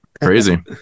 Crazy